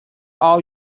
all